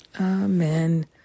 Amen